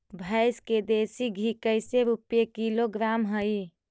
भैंस के देसी घी कैसे रूपये किलोग्राम हई?